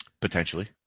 Potentially